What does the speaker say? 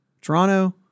Toronto